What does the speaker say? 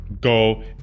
go